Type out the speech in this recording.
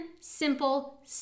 Simple